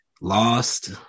lost